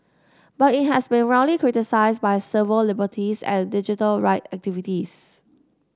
but it has been roundly criticized by civil liberties and digital rights activists